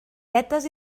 vetes